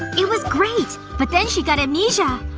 it was great! but then she got amnesia